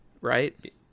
right